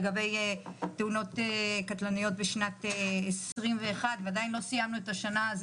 לגבי תאונות קטלניות בשנת 2021 ועדיין לא סיימנו את השנה,